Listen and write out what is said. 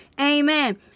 Amen